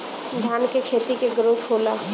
धान का खेती के ग्रोथ होला?